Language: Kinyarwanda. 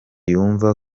yumva